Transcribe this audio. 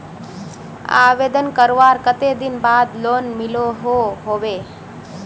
आवेदन करवार कते दिन बाद लोन मिलोहो होबे?